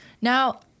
Now